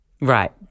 Right